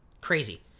Crazy